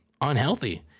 unhealthy